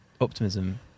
optimism